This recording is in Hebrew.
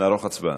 נערוך הצבעה.